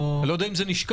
אני לא יודע אם זה נשקל.